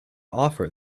offer